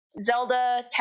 zelda